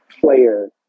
player